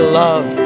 love